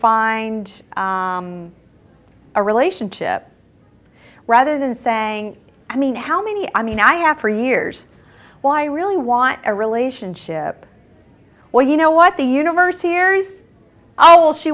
find a relationship rather than saying i mean how many i mean i have for years why i really want a relationship where you know what the universe hears all she